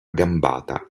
gambata